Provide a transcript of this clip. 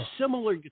similar